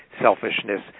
selfishness